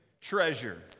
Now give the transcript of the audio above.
treasure